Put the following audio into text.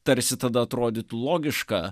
tarsi tada atrodytų logiška